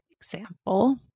example